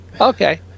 Okay